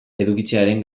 edukitzearen